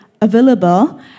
available